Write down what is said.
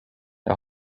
jag